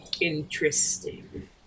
Interesting